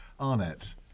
arnett